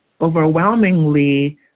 overwhelmingly